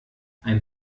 ein